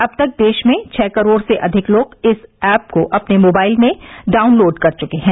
अब तक देश में छः करोड़ से अधिक लोग इस ऐप को अपने मोबाइल में डाउनलोड कर चुके हैं